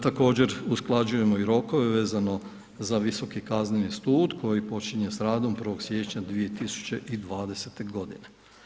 Također usklađujemo i rokove vezano za Visoki kazneni sud koji počinje s radom 1. siječnja 2020. godine.